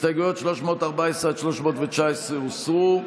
הסתייגויות 314 עד 319 הוסרו.